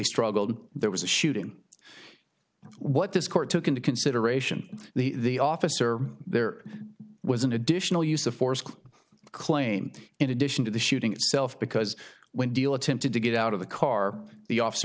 struggled there was a shooting what this court took into consideration the officer there was an additional use of force claim in addition to the shooting itself because when dealing tempted to get out of the car the officer